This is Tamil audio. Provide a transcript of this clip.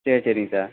சரி சரிங்க சார்